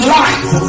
life